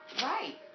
right